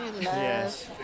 Yes